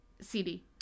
CD